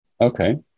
Okay